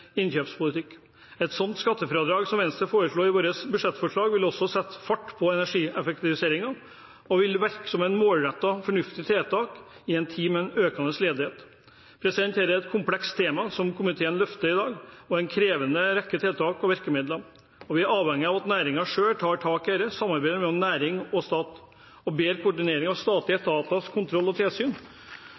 innkjøpspolitikk. Et slikt skattefradrag som Venstre foreslo i vårt budsjettforslag ville også sette fart på energieffektiviseringen og virke som et målrettet og fornuftig tiltak i en tid med økende ledighet. Det er et komplekst tema komiteen løfter fram i dag, og det krever en rekke tiltak og virkemidler. Vi er avhengig av at næringen selv tar tak i dette, samarbeid mellom næring og stat og bedre koordinering av statlige etaters kontroll og tilsyn.